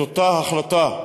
את אותה החלטה,